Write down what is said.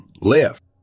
left